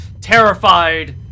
terrified